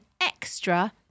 extra